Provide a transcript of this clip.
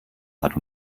hat